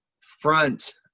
front